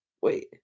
wait